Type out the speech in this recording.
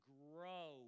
grow